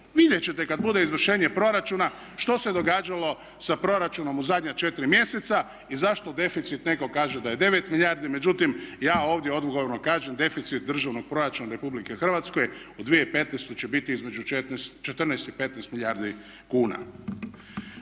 Vidjet ćete kada bude izvršenje proračuna što se događalo sa proračunom u zadnja četiri mjeseca i zašto deficit neko kaže da je 9 milijardi, međutim ja ovdje odgovorno kažem deficit državnog proračuna RH u 2015. će biti između 14 i 15 milijardi kuna.